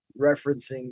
referencing